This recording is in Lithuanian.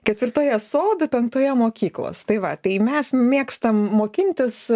ketvirtoje sodų penktoje mokyklos tai va tai mes mėgstam mokintis